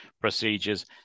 procedures